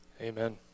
amen